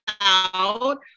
out